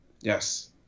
Yes